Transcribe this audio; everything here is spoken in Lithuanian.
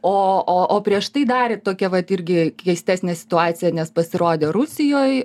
o o o prieš tai dar tokią vat irgi keistesnę situaciją nes pasirodė rusijoj